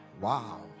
Wow